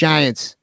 Giants